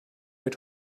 mit